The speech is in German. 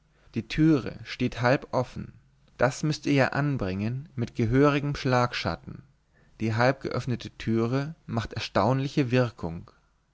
die türe steht halb offen das müßt ihr ja anbringen mit gehörigem schlagschatten die halbgeöffnete türe macht erstaunliche wirkung